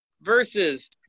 versus